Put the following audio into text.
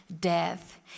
death